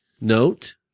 Note